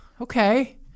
okay